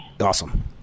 Awesome